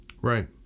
right